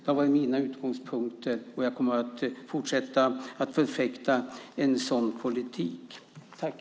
Det har varit mina utgångspunkter och jag kommer att fortsätta att förfäkta en sådan politik.